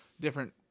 different